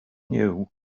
knew